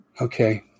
Okay